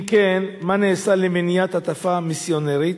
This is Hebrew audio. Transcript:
2. אם כן, מה נעשה למניעת הטפה מיסיונרית?